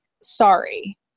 sorry